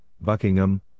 Buckingham